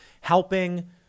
helping